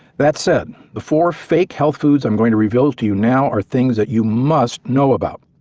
that said before fake health foods i'm going to reveal to you now are things that you must know about.